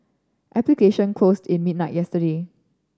application closed in midnight yesterday